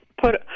put